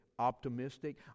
optimistic